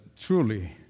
truly